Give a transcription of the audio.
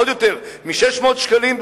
עוד יותר מ-600 שקלים,